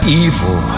evil